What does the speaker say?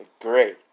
great